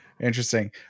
Interesting